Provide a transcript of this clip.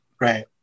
right